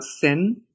sin